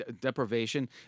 deprivation